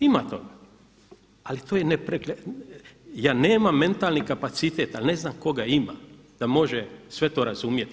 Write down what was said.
Ima toga, ali to je, ja nemam mentalni kapacitet ali ne znam tko ga ima da može sve to razumjeti i